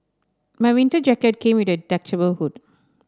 my winter jacket came with a detachable hood